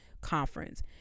conference